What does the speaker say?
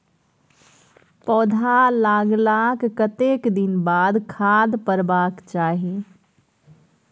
पौधा लागलाक कतेक दिन के बाद खाद परबाक चाही?